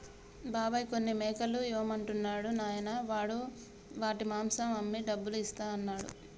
బాబాయ్ కొన్ని మేకలు ఇవ్వమంటున్నాడు నాయనా వాడు వాటి మాంసం అమ్మి డబ్బులు ఇస్తా అన్నాడు